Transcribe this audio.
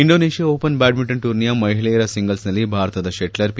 Indonesia open badminton ಟೂರ್ನಿಯ ಮಹಿಳೆಯರ ಸಿಂಗಲ್ಸ್ನಲ್ಲಿ ಭಾರತದ ಶೆಟ್ಟರ್ ಒ